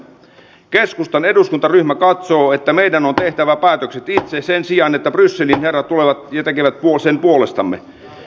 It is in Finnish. keskustan eduskuntaryhmä katsoo että meidän on tehtävä päätökset itse sen sijaan että brysselin herrat tulevat ja tekevät ne puolestamme